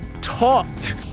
talked